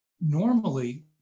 normally